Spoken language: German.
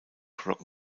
rock